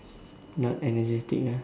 not energetic ah